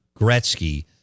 Gretzky